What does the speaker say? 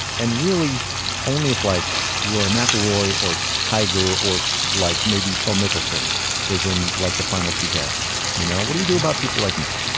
and really only if like rory mcilroy or tiger or so like maybe phil mickelson is in like the final two pairings. you know, what do you do about people like me?